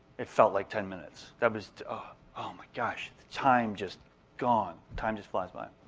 it felt like ten minutes. that was, oh my gosh, time just gone, time just flies by.